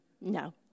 No